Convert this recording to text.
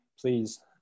please